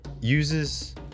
uses